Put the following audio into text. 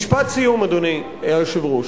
משפט סיום, אדוני היושב-ראש.